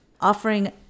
offering